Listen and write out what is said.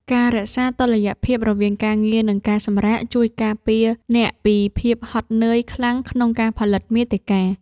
ការរក្សាតុល្យភាពរវាងការងារ និងការសម្រាក ជួយការពារអ្នកពីភាពហត់នឿយខ្លាំងក្នុងការផលិតមាតិកា។